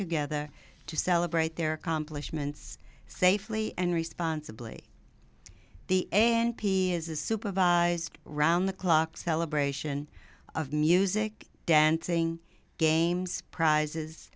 together to celebrate their accomplishments safely and responsibly the and p is a supervised round the clock celebration of music dancing games prizes